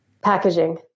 Packaging